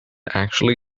actually